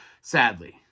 sadly